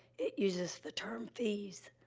it uses the term fees,